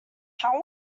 how